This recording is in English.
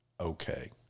okay